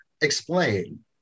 Explain